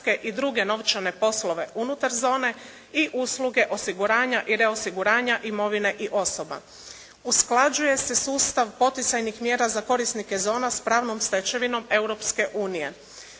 i druge novčane poslove unutar zone i usluge osiguranja i reosiguranja imovine i osoba. Usklađuje se sustav poticajnih mjera za korisnike zona s pravnom stečevinom